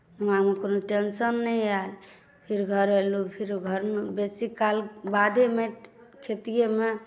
दिमागमे कोनो टेंशन नहि आयल फेर घर एलहुँ फेरो घरमे बेसी काल बाधेमे खेतीएमे